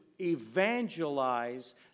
evangelize